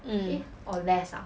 mm